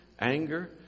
anger